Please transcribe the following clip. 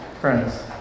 friends